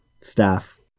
staff